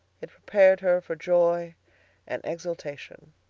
it prepared her for joy and exultation.